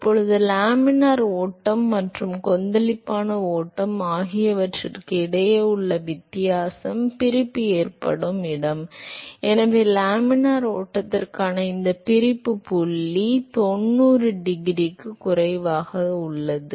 இப்போது லேமினார் ஓட்டம் மற்றும் கொந்தளிப்பான ஓட்டம் ஆகியவற்றுக்கு இடையே உள்ள ஒரே வித்தியாசம் பிரிப்பு ஏற்படும் இடம் எனவே லேமினார் ஓட்டத்திற்கான இந்த பிரிப்பு புள்ளி தொண்ணூறு டிகிரிக்கும் குறைவாக உள்ளது